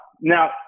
Now